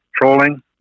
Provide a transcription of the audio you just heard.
trolling